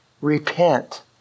Repent